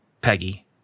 Peggy